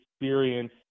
experience